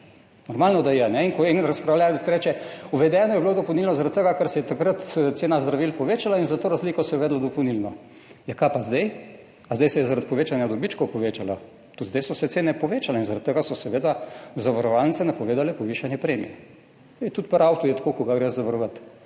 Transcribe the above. Normalno, da je. Ko en razpravljavec reče, uvedeno je bilo dopolnilno, zaradi tega ker se je takrat cena zdravil povečala, in za to razliko se je uvedlo dopolnilno – ja kaj pa zdaj? Ali se je zdaj zaradi povečanja dobičkov povečala? Tudi zdaj so se cene povečale in zaradi tega so seveda zavarovalnice napovedale povišanje premij. Tudi pri avtu je tako, ko ga greš zavarovat.